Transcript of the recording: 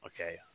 okay